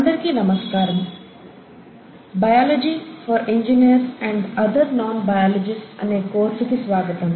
అందరికీ నమస్కారం "biology for engineers and other non biologists "Biology for Engineers and other Non Biologists" అనే కోర్సుకి స్వాగతం